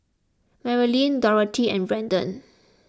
Marlyn Dorthy and Brandon